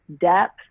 depth